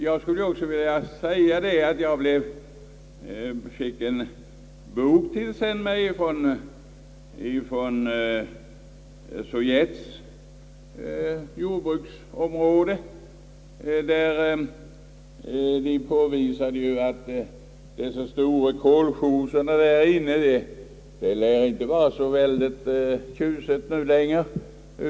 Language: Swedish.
Jag har fått mig tillsänd en bok som berör förhållandena på jordbruksområdet i Sovjet, som visar att det inte lär vara så tjusigt nu längre med deras stora kolchoser.